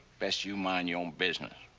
best you mind your own business.